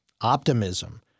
optimism